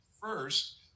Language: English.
First